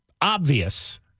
obvious